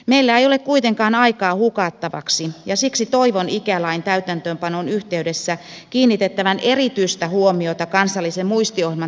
meillä ei ole kuitenkaan aikaa hukattavaksi ja siksi toivon ikälain täytäntöönpanon yhteydessä kiinnitettävän erityistä huomiota kansallisen muistiohjelman toteuttamiseen